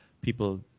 people